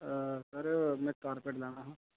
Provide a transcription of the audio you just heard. sir में carpet लैना हा